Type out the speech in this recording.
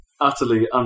utterly